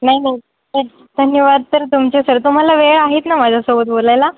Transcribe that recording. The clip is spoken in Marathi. नाही नाही सर धन्यवाद सर तुमचे सर तुम्हाला वेळ आहेत ना माझ्यासोबत बोलायला